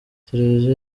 televiziyo